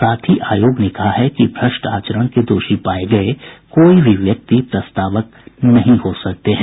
साथ ही आयोग ने कहा है कि भ्रष्ट आचरण के दोषी पाये गये कोई भी व्यक्ति प्रस्तावक नहीं हो सकते हैं